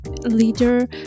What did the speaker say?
leader